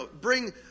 bring